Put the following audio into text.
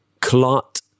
clot